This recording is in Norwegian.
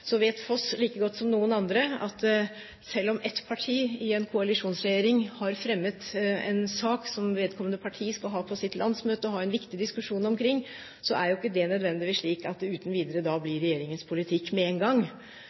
Så vet Foss like godt som noen andre at selv om ett parti i en koalisjonsregjering har fremmet en sak som vedkommende parti skal ha en viktig diskusjon om på sitt landsmøte, er det ikke nødvendigvis slik at det uten videre blir regjeringens politikk med én gang.